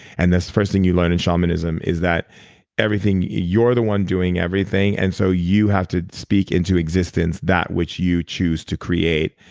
and first thing you learn in shamanism is that everything you're the one doing everything and so, you have to speak into existence that which you choose to create.